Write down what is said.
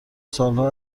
سالها